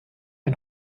ein